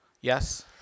Yes